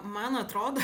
man atrodo